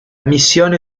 missione